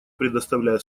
предоставляю